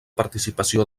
participació